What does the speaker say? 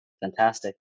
Fantastic